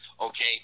Okay